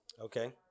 Okay